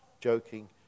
joking